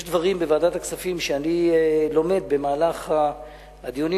יש בוועדת הכספים דברים שאני לומד במהלך הדיונים,